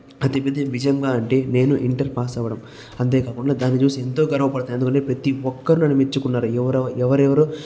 అతి పెద్ద విజయంగా అంటే నేను ఇంటర్ పాస్ అవడం అంతే కాకుండా దాన్ని చూసి ఎంతో గర్వపడతాను ఎందుకంటే ప్రతి ఒక్కరూ నన్ను మెచ్చుకున్నారు ఎవరు ఎవరెవరో